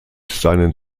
seinen